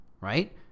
right